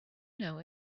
know